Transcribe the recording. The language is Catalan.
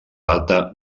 data